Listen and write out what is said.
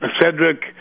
Cedric